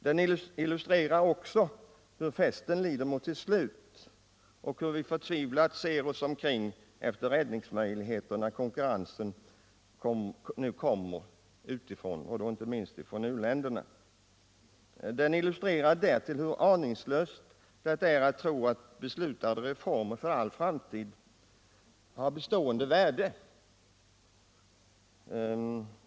Pjäsen illustrerar också hur festen lider mot sitt slut och hur vi förtvivlat ser oss omkring efter räddningsmöjligheter när konkurrensen ökar utifrån, inte minst från u-länderna. Den illustrerar därtill hur aningslöst det är att tro att beslutade reformer har ett bestående värde för all framtid.